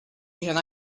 and